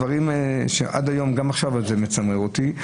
עד היום זה מצמרר אותי.